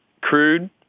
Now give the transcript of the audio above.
Crude